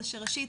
זה שראשית,